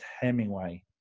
Hemingway